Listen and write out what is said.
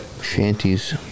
Shanties